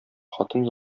хатын